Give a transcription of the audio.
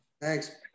Thanks